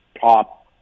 top